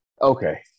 Okay